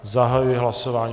Zahajuji hlasování.